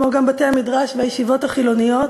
כמו גם בתי-המדרש והישיבות החילוניות,